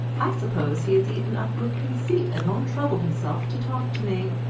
i suppose he is eaten up with conceit and won't trouble himself to talk to me,